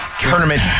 tournament